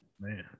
Man